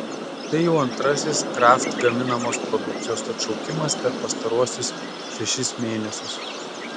tai jau antrasis kraft gaminamos produkcijos atšaukimas per pastaruosius šešis mėnesius